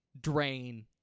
drain